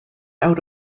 out